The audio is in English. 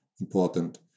important